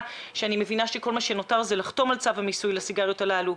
שאני מבינה שכל מה שנותר זה לחתום על צו המיסוי על הסיגריות הללו.